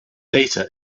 data